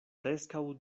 preskaŭ